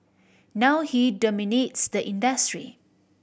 now he dominates the industry